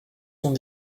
sont